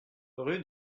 rue